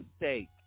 mistake